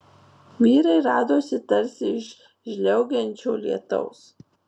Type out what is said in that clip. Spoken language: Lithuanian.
vyrai radosi tarsi iš žliaugiančio lietaus